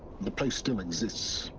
the place still exists.